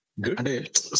Good